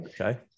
okay